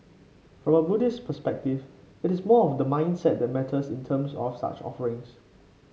from a Buddhist perspective it is more of the mindset that matters in terms of such offerings